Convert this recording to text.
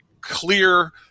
clear